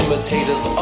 Imitators